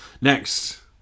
Next